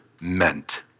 meant